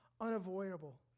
unavoidable